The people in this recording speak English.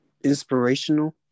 inspirational